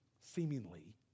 seemingly